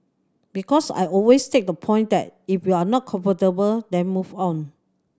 because I always take the point that if you're not comfortable then move on